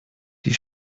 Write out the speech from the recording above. die